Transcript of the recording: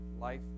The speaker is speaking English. life